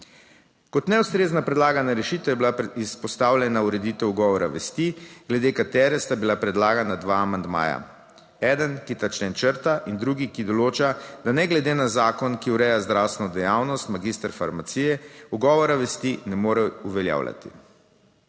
Kot neustrezna predlagana rešitev je bila izpostavljena ureditev ugovora vesti, glede katere sta bila predlagana dva amandmaja. Eden, ki ta člen črta in drugi, ki določa, da ne glede na zakon, ki ureja zdravstveno dejavnost, magister farmacije ugovora vesti ne more uveljavljati.